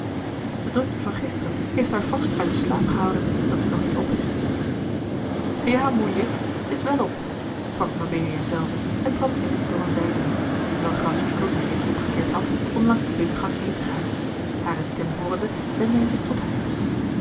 de drukte van gisteren heeft haar vast uit den slaap gehouden dat ze nog niet op is ja moeilief zij is wèl op sprak mebelia zelve en trad binnen door eene zijdeur terwijl graswinckel zich reeds omgekeerd had om langs den binnengang heen te gaan hare stem hoorende wendde hij zich tot haar